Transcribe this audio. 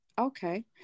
Okay